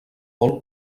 bol